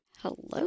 hello